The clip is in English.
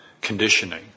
conditioning